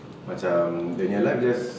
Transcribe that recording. macam dia nya life just